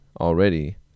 already